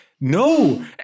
no